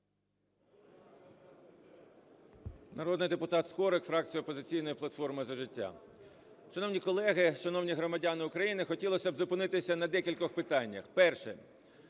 Народний депутат Скорик, фракція "Опозиційної платформи – За життя". Шановні колеги, шановні громадяни України, хотілося б зупинитися на декількох питаннях. Перше.